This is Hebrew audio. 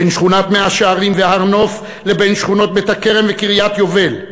בין שכונות מאה-שערים והר-נוף לשכונות בית-הכרם וקריית-היובל,